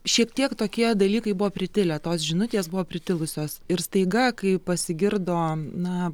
šiek tiek tokie dalykai buvo pritilę tos žinutės buvo pritilusios ir staiga kai pasigirdo na